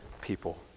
people